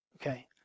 Okay